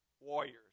warriors